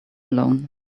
alone